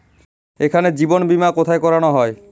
এখানে জীবন বীমা কোথায় করানো হয়?